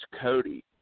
Cody